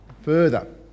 further